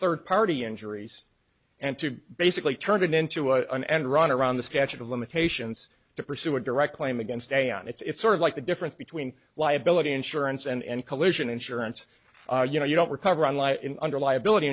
third party injuries and to basically turn it into an end run around the statute of limitations to pursue a direct claim against a on it's sort of like the difference between liability insurance and collision insurance you know you don't recover on like under liability